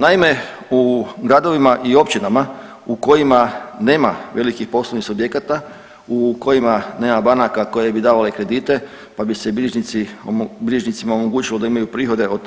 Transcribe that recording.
Naime, u gradovima i općinama u kojima nema velikih poslovnih subjekata, u kojima nema banaka koje bi davale kredite pa bi se bilježnicima omogućilo da imaju prihode od